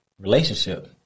Relationship